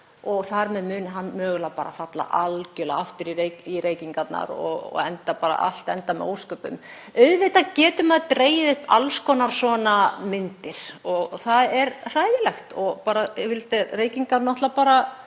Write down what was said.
og þar með muni hann mögulega bara falla algerlega aftur í reykingarnar og allt enda með ósköpum. Auðvitað getur maður dregið upp alls konar svona myndir og það er hræðilegt og reykingar eru